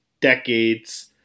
decades